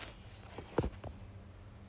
err the career the my sk~